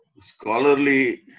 scholarly